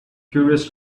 curious